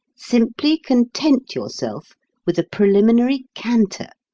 simply content yourself with a preliminary canter,